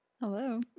Hello